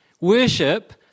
Worship